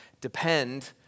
depend